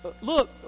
Look